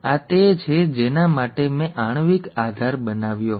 આ તે છે જેના માટે મેં આણ્વિક આધાર બતાવ્યો હતો